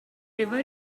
river